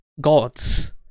gods